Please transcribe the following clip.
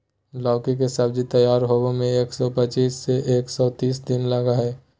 लौकी के सब्जी तैयार होबे में एक सौ पचीस से एक सौ तीस दिन लगा हइ